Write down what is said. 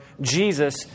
Jesus